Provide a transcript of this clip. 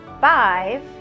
five